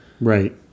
Right